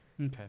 okay